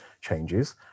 changes